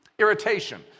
Irritation